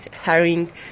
herring